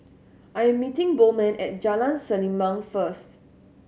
I am meeting Bowman at Jalan Selimang first